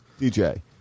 DJ